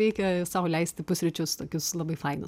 reikia sau leisti pusryčius tokius labai fainus